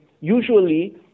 usually